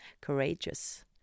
courageous